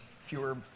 fewer